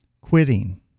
quitting